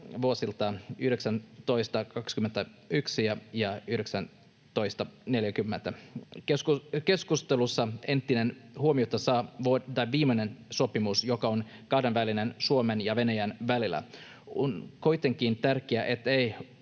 vuosilta 1921 ja 1940. Keskustelussa eniten huomiota saa tämä viimeinen sopimus, joka on kahdenvälinen Suomen ja Venäjän välillä. On kuitenkin tärkeää, että ei